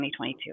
2022